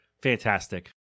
Fantastic